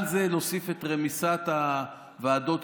על זה להוסיף את רמיסת הוועדות,